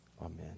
Amen